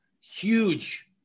huge